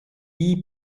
die